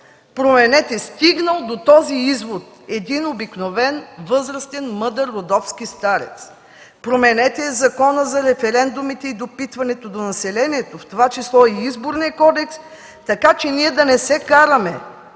(проумейте - стигнал е до този извод един обикновен, възрастен, мъдър, родопски старец), променете Закона за референдумите и допитването до населението, в това число и Изборния кодекс, така че ние да не се караме,